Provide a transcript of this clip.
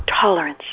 Tolerance